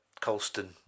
Colston